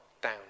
down